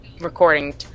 recording